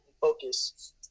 focus